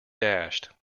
dashed